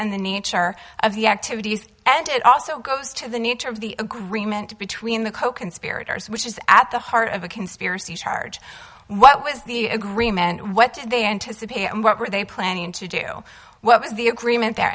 and the nature of the activities and it also goes to the nature of the agreement between the coconspirators which is at the heart of a conspiracy charge what was the agreement and what did they anticipate and what were they planning to do what was the agreement there